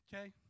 okay